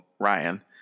Ryan